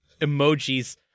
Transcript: emojis